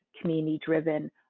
community-driven